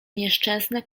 nieszczęsne